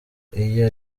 iyo